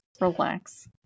relax